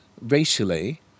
racially